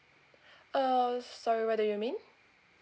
(u) sorry what do you mean